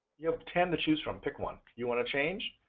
you have ten to choose from pick one. you want to change,